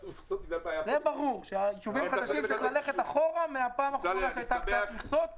צריך ללכת אחורה מאז הייתה הקצאת מכסות,